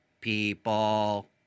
people